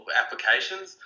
applications